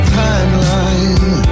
timeline